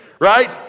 Right